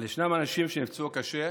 אבל ישנם שנפצעו קשה,